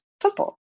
football